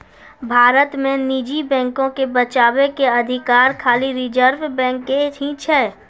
भारत मे निजी बैको के बचाबै के अधिकार खाली रिजर्व बैंक के ही छै